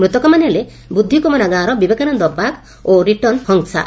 ମୃତକମାନେ ହେଲେ ବୃଦ୍ଧି କୋମନା ଗାଁର ବିବେକାନନ ବାଗ ଏବଂ ରିଟନ୍ ହଂସା